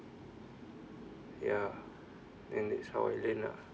ya and that's how I learn ah